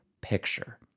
picture